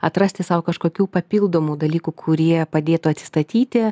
atrasti sau kažkokių papildomų dalykų kurie padėtų atsistatyti